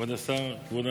כבוד השר, כבוד